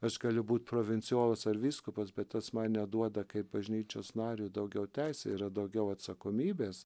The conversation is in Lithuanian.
aš galiu būt provincijolas ar vyskupas bet tas man neduoda kaip bažnyčios nariui daugiau teisė ir daugiau atsakomybės